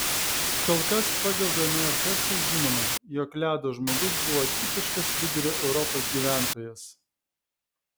kol kas pagal dnr testus žinoma jog ledo žmogus buvo tipiškas vidurio europos gyventojas